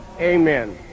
Amen